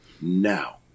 now